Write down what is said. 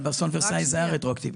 באסון ורסאי זה היה רטרואקטיבי.